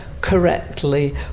correctly